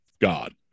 God